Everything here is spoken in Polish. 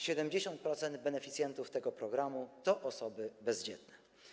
70% beneficjentów tego programu to osoby bezdzietne.